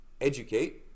educate